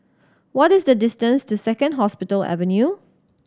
what is the distance to Second Hospital Avenue